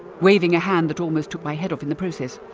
waving a hand that almost took my head off in the process.